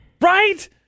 Right